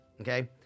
okay